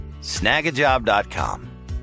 snagajob.com